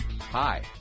Hi